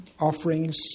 offerings